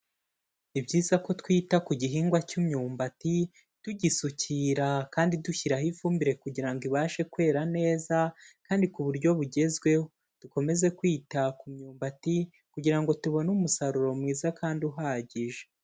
Ni byiza ko twita ku gihingwa cy'imyumbati, tugisukira kandi dushyiraho ifumbire kugira ngo ibashe kwera neza, kandi ku buryo bugezweho, dukomeze kwita ku myumbati kugira ngo tubone umusaruro mwiza kandi uhagije.